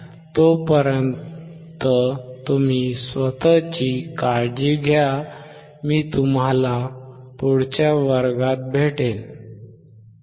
तोपर्यंत तुम्ही स्वतःची काळजी घ्या मी तुम्हाला पुढच्या वर्गात भेटेन